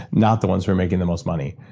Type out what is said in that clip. not the ones who are making the most money.